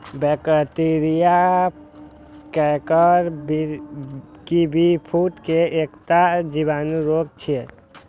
bacterial canker kiwifruit के एकटा जीवाणु रोग छियै